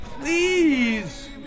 please